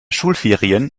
schulferien